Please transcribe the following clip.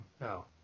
No